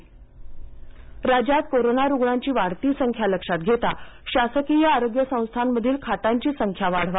ट्टोपे बैठक राज्यात कोरोना रुग्णांची वाढती संख्या लक्षात घेता शासकीय आरोग्य संस्थांमधील खाटांची संख्या वाढवा